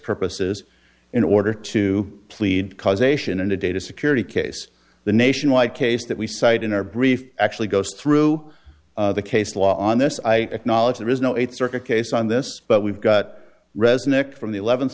purposes in order to plead causation and a data security case the nationwide case that we cited in our brief actually goes through the case law on this i acknowledge there is no eighth circuit case on this but we've got resnick from the eleventh